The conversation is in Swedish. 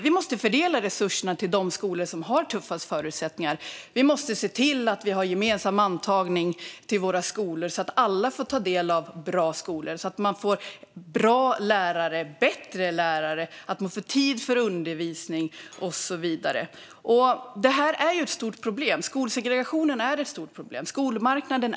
Vi måste fördela resurserna till de skolor som har tuffast förutsättningar och ha gemensam antagning till skolorna så att alla får bra skolor och bättre lärare och tid ges för undervisning och så vidare. Skolsegregationen är ett stort problem liksom skolmarknaden.